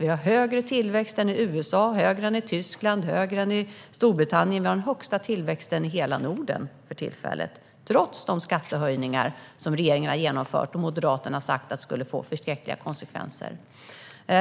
Vi har högre tillväxt än USA, Tyskland och Storbritannien och högst tillväxt i hela Norden, trots de skattehöjningar som regeringen har genomfört och som Moderaterna har sagt skulle få förskräckliga konsekvenser.